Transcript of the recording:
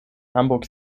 hamburg